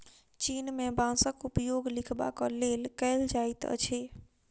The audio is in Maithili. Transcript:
चीन में बांसक उपयोग लिखबाक लेल कएल जाइत अछि